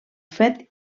fet